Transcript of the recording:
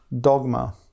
dogma